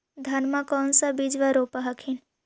धनमा कौन सा बिजबा रोप हखिन?